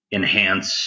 enhance